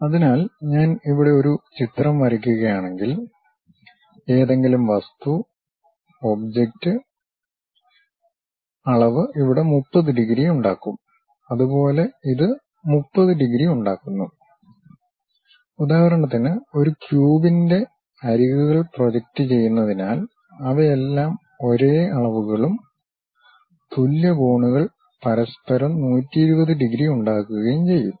അതിനാൽ ഞാൻ ഇവിടെ ഒരു ചിത്രം വരയ്ക്കുകയാണെങ്കിൽ ഏതെങ്കിലും വസ്തു ഒബ്ജക്റ്റ് അളവ് ഇവിടെ 30 ഡിഗ്രി ഉണ്ടാക്കും അതുപോലെ ഇത് 30 ഡിഗ്രി ഉണ്ടാക്കുന്നു ഉദാഹരണത്തിന് ഒരു ക്യൂബിന്റെ അരികുകൾ പ്രൊജക്റ്റുചെയ്യുന്നതിനാൽ അവയെല്ലാം ഒരേ അളവുകളും തുല്യ കോണുകൾ പരസ്പരം 120 ഡിഗ്രി ഉണ്ടാക്കുകയും ചെയ്യും